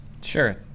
sure